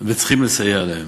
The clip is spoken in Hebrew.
וצריכים לסייע להם.